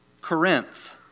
Corinth